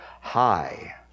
high